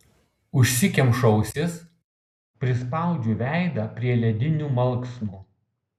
užsikemšu ausis prispaudžiu veidą prie ledinių malksnų